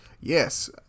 yes